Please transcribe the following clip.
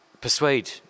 persuade